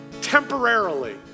temporarily